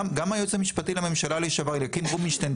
גם היועץ המשפטי לממשלה אליקים רובינשטיין,